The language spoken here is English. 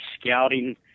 scouting